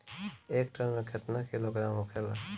एक टन मे केतना किलोग्राम होखेला?